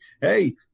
hey